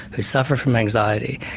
who suffer from anxiety,